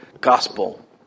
gospel